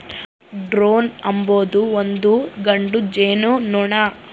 drone ಅಂಬೊದು ಒಂದು ಗಂಡು ಜೇನುನೊಣ